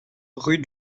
rue